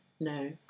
No